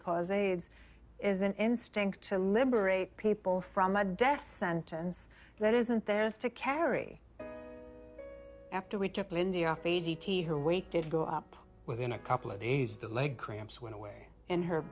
cause aids is an instinct to liberate people from a death sentence that isn't theirs to carry after we kept lindy off a d t her weight did go up within a couple of days the leg cramps went away and her